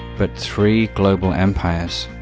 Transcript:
but three global empires.